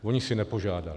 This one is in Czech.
Oni si nepožádali.